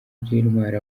by’intwari